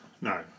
No